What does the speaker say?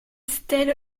stèle